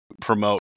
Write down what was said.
promote